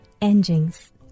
engines